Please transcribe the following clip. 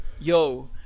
yo